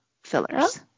fillers